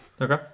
okay